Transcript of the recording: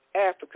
Africa